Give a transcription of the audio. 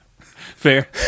Fair